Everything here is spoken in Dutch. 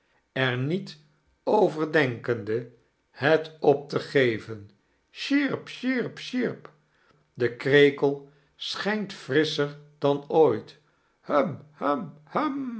er niet over denkende het op te geven sjierp sjiierp sjierp de krekel schijnt frisscher dan ooit